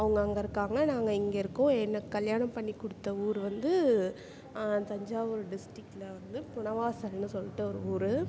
அவங்க அங்கே இருக்காங்க நாங்கள் இங்கே இருக்கோம் என்னை கல்யாணம் பண்ணி கொடுத்த ஊர் வந்து தஞ்சாவூர் டிஸ்டிக்ட்டில் வந்து குணவாசல்னு சொல்லிட்டு ஒரு ஊர்